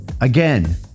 Again